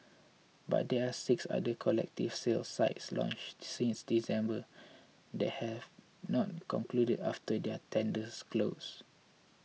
but there are six other collective sale sites launched since December that have not concluded after their tenders closed